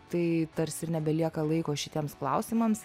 tai tarsi ir nebelieka laiko šitiems klausimams